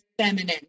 feminine